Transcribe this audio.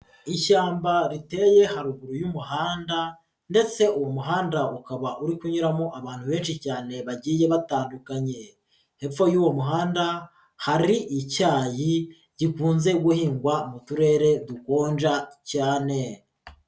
Ishyamba riteye haruguru y'umuhanda ndetse uwo muhanda ukaba uri kunyuramo abantu benshi cyane bagiye batandukanye, hepfo y'uwo muhanda hari icyayi gikunze guhingwa mu turere dukonja cyane.